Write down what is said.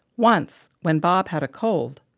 once, when bob had a cold,